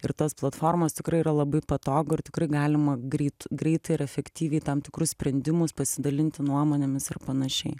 ir tos platformos tikrai yra labai patogu ir tikrai galima greit greitai ir efektyviai tam tikrus sprendimus pasidalinti nuomonėmis ir panašiai